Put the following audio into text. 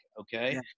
Okay